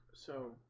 so